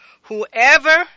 whoever